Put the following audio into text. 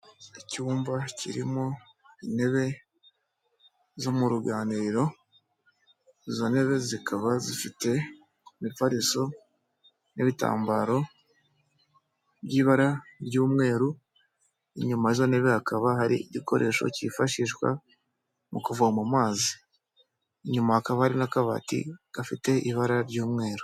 Icyumba kirimo intebe zo mu ruganiriro, izo ntebe zikaba zifite imifariso n'ibitambaro by'ibara ry'umweru, inyuma y'izo ntebe hakaba hari igikoresho cyifashishwa mu kuvoma amazi, inyuma hakaba hari n'akabati gafite ibara ry'umweru.